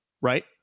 right